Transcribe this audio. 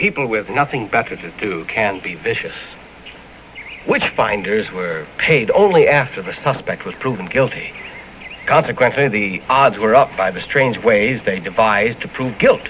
people with nothing better to do can be vicious which finders were paid only after the suspect was proven guilty consequently the odds were up by the strange ways they devised to prove guilt